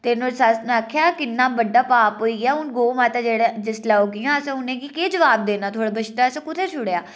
ते नुहाड़ी सस्स ने आखेआ कि'न्ना बड्डा पाप होइया हून गौऽ माता जिसलै औगी आं अस उ'नें गी केह् जबाव देना थोह्ड़ा बछड़ा असें कु'त्थें छुड़ेआ